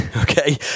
Okay